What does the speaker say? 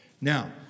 Now